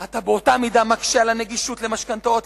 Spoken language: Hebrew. אתה באותה מידה מקשה את הנגישות למשכנתאות,